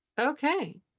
Okay